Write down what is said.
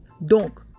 Donc